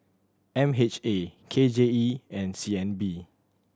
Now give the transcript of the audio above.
M H A K J E and C N B